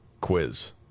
quiz